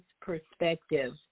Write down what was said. perspective